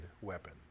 weapon